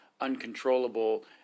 uncontrollable